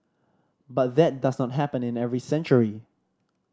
but that does not happen in every century